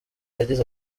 yagize